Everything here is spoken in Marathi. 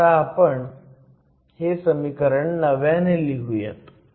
आत आपण हे समीकरण नव्याने लिहुयात